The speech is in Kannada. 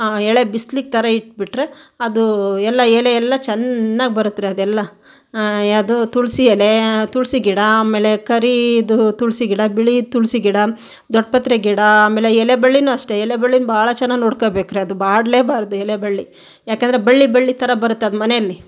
ಎಳೆ ಬಿಸಿಲಿಗೆ ಥರ ಇಟ್ಟುಬಿಟ್ಟರೆ ಅದು ಎಲ್ಲ ಎಲೆ ಎಲ್ಲ ಚೆನ್ನಾಗಿ ಬರುತ್ತೆ ರೀ ಅದು ಎಲ್ಲ ಯಾವುದು ತುಳಸಿ ಎಲೆ ತುಳಸಿ ಗಿಡ ಆಮೇಲೆ ಕರೀದು ತುಳಸಿ ಗಿಡ ಬಿಳೀದು ತುಳಸಿ ಗಿಡ ದೊಡ್ಡಪತ್ರೆ ಗಿಡ ಆಮೇಲೆ ಎಲೆ ಬಳ್ಳಿಯೂ ಅಷ್ಟೆ ಎಲೆ ಬಳ್ಳಿನ ಬಹಳ ಚೆನ್ನಾಗಿ ನೋಡ್ಕೊಬೇಕು ರೀ ಅದು ಬಾಡಲೇಬಾರದು ಎಲೆ ಬಳ್ಳಿ ಯಾಕೆಂದರೆ ಬಳ್ಳಿ ಬಳ್ಳಿ ಥರ ಬರುತ್ತೆ ಅದು ಮನೆಯಲ್ಲಿ